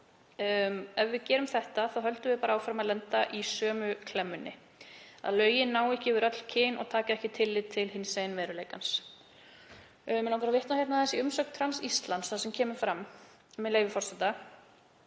Ef við gerum þetta þá höldum við bara áfram að lenda í sömu klemmunni, að lögin ná ekki yfir öll kyn og taka ekki tillit til hinsegin veruleikans. Mig langar að vitna í umsögn Trans Íslands þar sem kemur fram, með leyfi forseta: